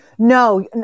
No